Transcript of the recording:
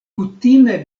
kutime